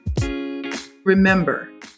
Remember